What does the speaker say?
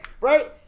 Right